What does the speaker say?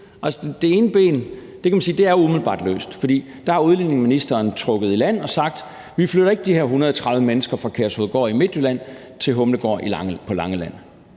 løst, for der har integrations- og udlændingeministeren trukket i land og sagt: Vi flytter ikke de her 130 mennesker fra Kærshovedgård i Midtjylland til Holmegaard på Langeland.